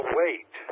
wait